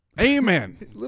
Amen